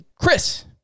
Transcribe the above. Chris